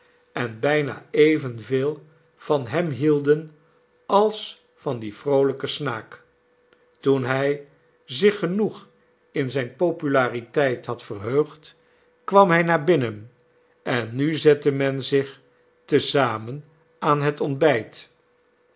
en bijna evenveel van hem hielden als van dien vroolijken snaak toen hij zich genoeg in zijne populariteit had verheugd kwam hij naar binnen en nu zette men zich te zamen aan het ontbijt